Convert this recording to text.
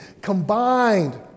combined